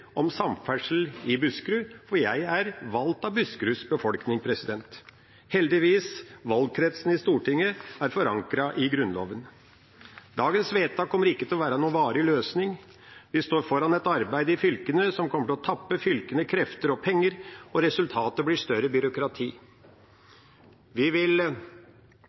om samferdsel i Buskerud, for jeg er valgt av Buskeruds befolkning. Heldigvis er valgkretsene til Stortinget forankret i Grunnloven. Dagens vedtak kommer ikke til å være noen varig løsning. Vi står foran et arbeid i fylkene som kommer til å tappe fylkene for krefter og penger, og resultatet blir større byråkrati. Vi vil